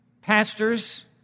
pastors